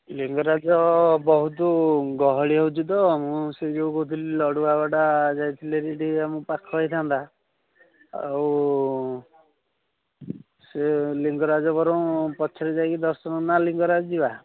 ଲିଙ୍ଗରାଜ ବହୁତ ଗହଳି ହେଉଛି ତ ମୁଁ ସେଇ ଯୋଗୁଁ କହୁଥିଲି ଲଡ଼ୁବାବାଟା ଯାଇଥିଲେ ସେଇଟା ଆମକୁ ଟିକିଏ ପାଖ ହୋଇଥାନ୍ତା ଆଉ ସେ ଲିଙ୍ଗରାଜ ବରଂ ପଛରେ ଯାଇକି ଦର୍ଶନ ନା ଲିଙ୍ଗରାଜ ଯିବା